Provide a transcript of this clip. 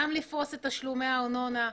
גם לפרוס את תשלומי הארנונה,